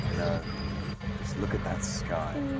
i know, just look at that sky.